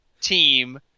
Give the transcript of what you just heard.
team